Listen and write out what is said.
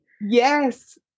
Yes